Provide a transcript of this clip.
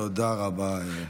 תודה רבה.